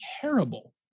terrible